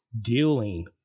dealing